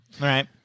right